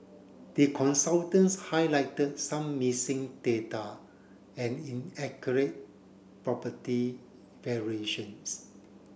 the consultants highlighted some missing data and property valuations